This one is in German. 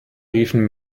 riefen